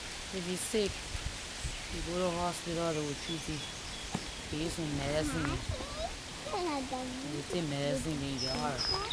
If you sick, you go to hospital they will treat you. Give you some medicine dem, you take medicine then you geh alright.